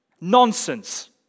Nonsense